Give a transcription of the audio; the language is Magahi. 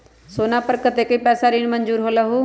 सोना पर कतेक पैसा ऋण मंजूर होलहु?